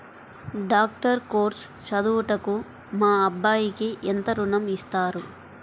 Doctor course చదువుటకు మా అబ్బాయికి ఎంత ఋణం ఇస్తారు?